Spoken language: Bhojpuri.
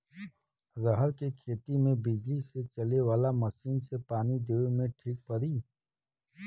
रहर के खेती मे बिजली से चले वाला मसीन से पानी देवे मे ठीक पड़ी?